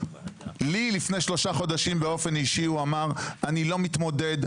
לי לפני שלושה חודשים באופן אישי הוא אמר אני לא מתמודד,